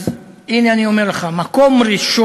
אז הנה אני אומר לך: מקום ראשון,